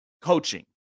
coaching